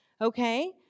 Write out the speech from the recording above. okay